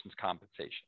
compensation